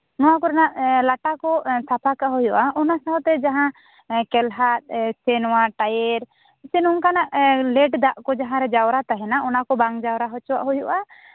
ᱱᱚᱣᱟ ᱠᱚᱨᱮᱱᱟᱜ ᱮᱸᱜ ᱞᱟᱴᱟ ᱠᱚ ᱥᱟᱯᱷᱟ ᱠᱟᱜ ᱦᱩᱭᱩᱜᱼᱟ ᱮᱸᱜ ᱚᱱᱟ ᱥᱟᱶᱛᱮ ᱡᱟᱦᱟᱸ ᱮᱸᱜ ᱠᱮᱞᱦᱟᱫ ᱥᱮ ᱱᱚᱣᱟ ᱴᱟᱭᱮᱨ ᱥᱮ ᱱᱚᱝᱠᱟᱱᱟᱜ ᱞᱮᱴ ᱫᱟᱜ ᱠᱚ ᱡᱟᱦᱟᱮ ᱨᱮ ᱡᱟᱣᱨᱟ ᱛᱟᱦᱮᱱᱟ ᱚᱱᱟ ᱠᱚ ᱵᱟᱝ ᱡᱟᱣᱨᱟ ᱦᱚᱪᱚᱣᱟᱜ ᱦᱩᱭᱩᱜᱼᱟ